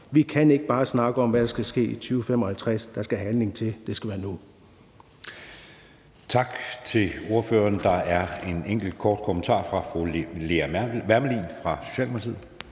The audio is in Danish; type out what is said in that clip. Vi kan ikke bare snakke om, hvad der skal ske i 2055. Der skal handling til, og det skal være nu.